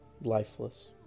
lifeless